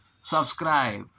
Subscribe